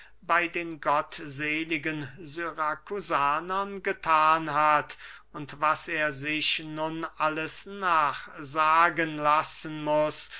bey den gottseligen syrakusanern gethan hat und was er sich nun alles nachsagen lassen muß